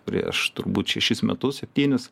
prieš turbūt šešis metus septynis